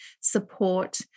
support